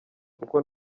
kuko